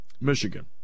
Michigan